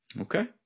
Okay